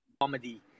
comedy